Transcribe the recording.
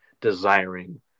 desiring